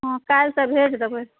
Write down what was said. हँ काल्हिसँ भेज देबै